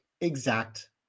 exact